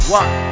one